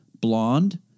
blonde